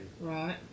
Right